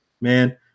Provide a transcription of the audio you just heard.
man